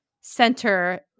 center